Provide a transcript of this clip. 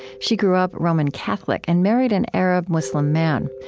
she grew up roman catholic and married an arab-muslim man.